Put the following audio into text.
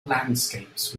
landscapes